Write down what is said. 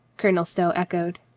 colonel stow echoed.